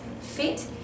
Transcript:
fit